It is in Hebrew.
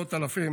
ומאות אלפים